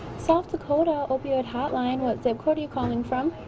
south dakota opioid hotline. what zip code are you calling from?